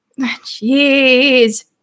Jeez